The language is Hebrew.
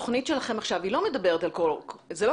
התוכנית שלכם עכשיו זה לא קול קורא?